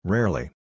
Rarely